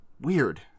weird